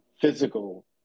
physical